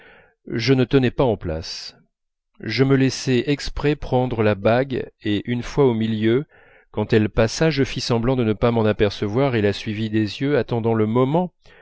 je ne tenais pas en place je me laissai exprès prendre la bague et une fois au milieu quand elle passa je fis semblant de ne pas m'en apercevoir et la suivis des yeux attendant le moment